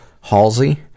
Halsey